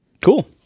Cool